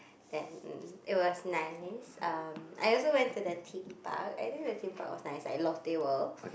then um it was nice um I also went to the Theme Park I think the Theme Park was nice like Lotte-World